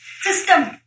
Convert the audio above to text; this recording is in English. System